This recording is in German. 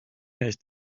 ist